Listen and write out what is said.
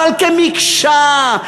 אבל כמקשה,